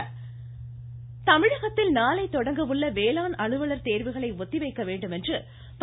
அன்புமணி ராமதாஸ் தமிழகத்தில் நாளை தொடங்க உள்ள வேளாண் அலுவலர் தேர்வுகளை ஒத்திவைக்க வேண்டும் என்று பா